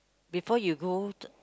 before you go t~